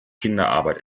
kinderarbeit